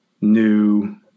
new